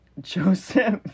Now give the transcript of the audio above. Joseph